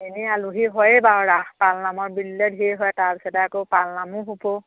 এনেই আলহী হয়েই বাৰু ৰাস পালনামত ধেৰ হয় তাৰপিছতে আকৌ পালনামো হ'ব